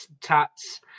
Tats